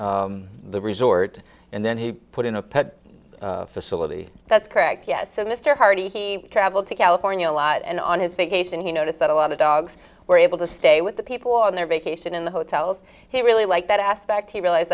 hardy the resort and then he put in a pet facility that's correct yes so mr hardy travel to california a lot and on his vacation he noticed that a lot of dogs were able to stay with the people on their vacation in the hotels he really like that aspect he realize